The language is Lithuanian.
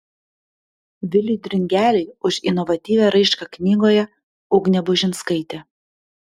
viliui dringeliui už inovatyvią raišką knygoje ugnė bužinskaitė